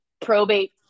probate